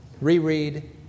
reread